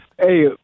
hey